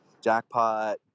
jackpot